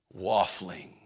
waffling